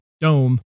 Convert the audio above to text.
dome